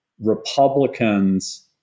Republicans